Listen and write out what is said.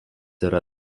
yra